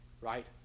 right